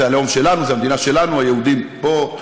זה הלאום שלנו, זאת המדינה שלנו, היהודים פה,